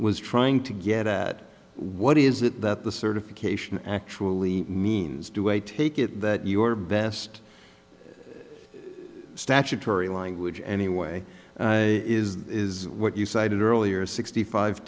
was trying to get at what is it that the certification actually means do a take it that your best statutory language anyway is what you cited earlier sixty five